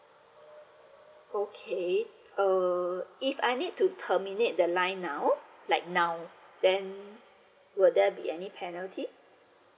okay uh if I need to terminate the line now like now then will there be any penalty